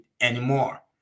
anymore